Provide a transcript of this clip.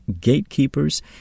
gatekeepers